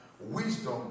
wisdom